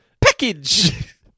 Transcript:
package